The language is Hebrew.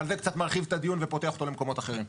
אבל זה קצת מרחיב את הדיון ופותח אותו למקומות אחרים.